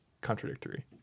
contradictory